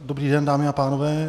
Dobrý den, dámy a pánové.